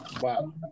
Wow